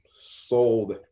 sold